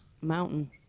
Mountain